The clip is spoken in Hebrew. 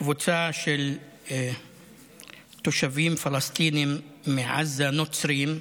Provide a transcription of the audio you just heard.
קבוצה של תושבים פלסטינים מעזה, נוצרים,